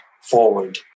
forward